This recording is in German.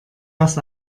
das